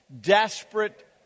desperate